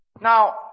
Now